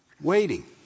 waiting